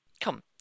Come